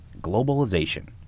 globalization